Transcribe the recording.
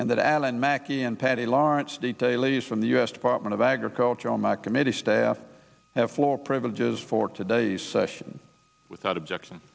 and that alan mackey and patty laurence detail each from the u s department of agriculture on my committee staff have floor privileges for today's session without objection